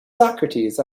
socrates